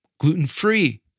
gluten-free